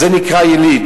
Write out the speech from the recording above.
זה נקרא יליד.